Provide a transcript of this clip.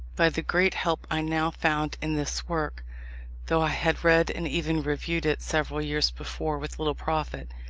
by the great help i now found in this work though i had read and even reviewed it several years before with little profit.